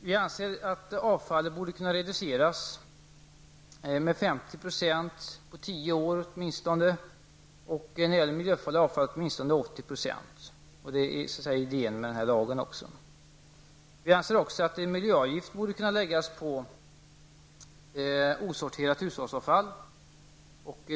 Vi anser att avfallet borde kunna reduceras med åtminstone 50 % på tio år och med åtminstone 80 % när det gäller miljöfarligt avfall. Det är också idén med denna lag. Vi anser också att en miljöavgift skall kunna läggas på osorterat hushållsavfall.